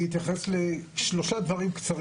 אני אתייחס בקצרה לשלושה דברים.